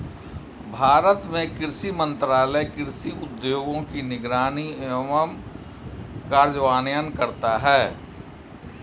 भारत में कृषि मंत्रालय कृषि उद्योगों की निगरानी एवं कार्यान्वयन करता है